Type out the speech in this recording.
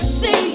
see